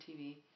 TV